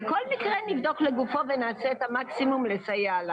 כל מקרה נבדוק לגופו ונעשה את המקסימום לסייע.